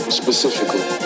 specifically